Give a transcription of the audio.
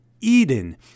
Eden